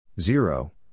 zero